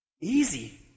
easy